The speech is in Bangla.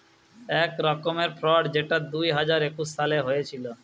এক রকমের ফ্রড যেটা দুই হাজার একুশ সালে হয়েছিল